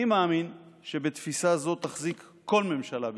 אני מאמין שבתפיסה זו תחזיק כל ממשלה בישראל.